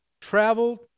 traveled